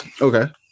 Okay